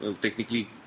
technically